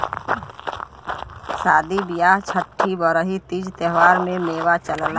सादी बिआह छट्ठी बरही तीज त्योहारों में मेवा चलला